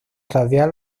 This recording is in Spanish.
radial